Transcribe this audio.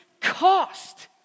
cost